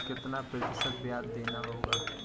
कितना प्रतिशत ब्याज देना होगा?